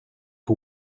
who